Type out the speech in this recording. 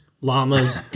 llamas